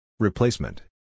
Replacement